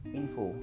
info